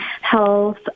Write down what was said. health